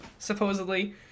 supposedly